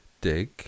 dig